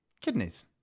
kidneys